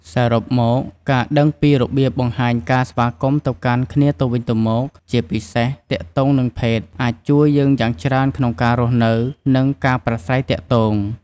សរុបមក ការដឹងពីរបៀបបង្ហាញការស្វាគមន៍ទៅកាន់គ្នាទៅវិញទៅមក ជាពិសេសទាក់ទងនឹងភេទ អាចជួយយើងយ៉ាងច្រើនក្នុងការរស់នៅ និងការប្រាស្រ័យទាក់ទង។